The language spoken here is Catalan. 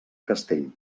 castell